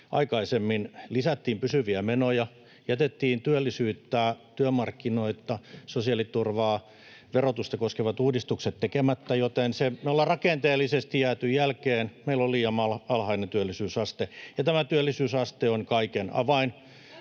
aikaisemmin, lisättiin pysyviä menoja, jätettiin työllisyyttä, työmarkkinoita, sosiaaliturvaa ja verotusta koskevat uudistukset tekemättä, joten me olemme rakenteellisesti jääneet jälkeen. Meillä on liian alhainen työllisyysaste, ja tämä työllisyysaste on kaiken avain.